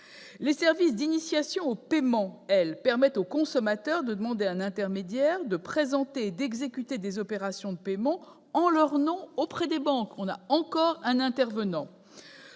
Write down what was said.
Les services d'initiation de paiement permettent au consommateur de demander à un intermédiaire de présenter et d'exécuter des opérations de paiements en leur nom auprès de leur banque. Voilà encore un intervenant